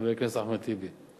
חבר הכנסת אחמד טיבי,